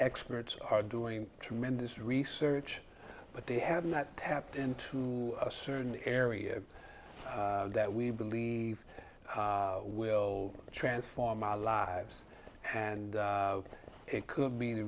experts are doing tremendous research but they have not tapped into a certain area that we believe will transform our lives and it could be the